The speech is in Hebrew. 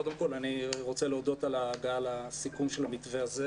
קודם כל אני רוצה להודות על ההגעה לסיכום המתווה הזה,